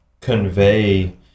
convey